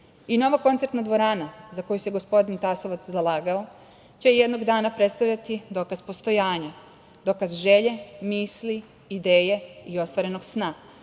I nova koncertna dvorana, za koju se gospodin Tasovac zalagao, će jednog dana predstavljati dokaz postojanja, dokaz želje, misli, ideje i ostvarenog sna,